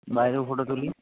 বাইরেও ফটো তুলি